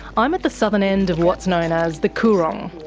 i'm at the southern end of what's known as the coorong.